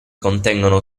contengono